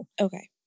Okay